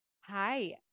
Hi